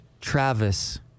travis